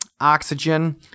oxygen